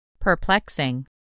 Perplexing